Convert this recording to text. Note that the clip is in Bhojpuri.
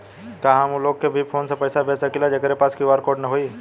का हम ऊ लोग के भी फोन से पैसा भेज सकीला जेकरे पास क्यू.आर कोड न होई?